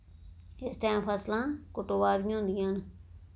इस टैम फसलां कटोआ दियां होंदियां न